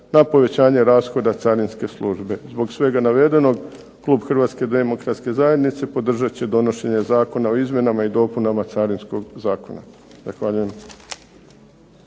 na povećanje rashoda carinske službe. Zbog svega navedenog klub Hrvatske demokratske zajednice podržat će donošenje Zakona o izmjenama i dopunama Carinskog zakona. Zahvaljujem.